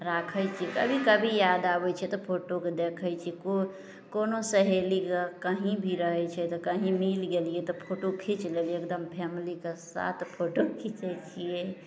राखय छियै कभी कभी याद आबय छै तऽ फोटोके देखय छियै कोन कोनो सहेली कहीं भी रहय छै तऽ कहीं मिल गेलियै तऽ फोटो खीच लेलियै एकदम फैमिलीके साथ फोटो खीचय छियै